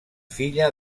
filla